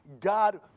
God